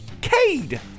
Cade